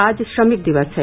आज श्रमिक दिवस है